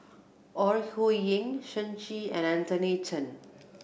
Ore Huiying Shen Xi and Anthony Chen